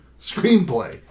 screenplay